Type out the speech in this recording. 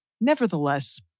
Nevertheless